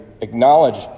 acknowledge